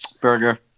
Burger